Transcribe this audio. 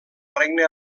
regne